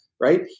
Right